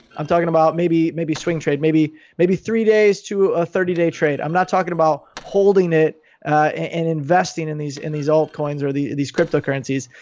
i'm talking about maybe, maybe swing trade, maybe maybe three days to a thirty day trade. i'm not talking about holding it and investing in these in these altcoins or these cryptocurrencies,